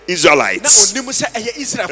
Israelites